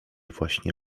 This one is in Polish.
właśnie